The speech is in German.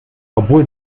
obwohl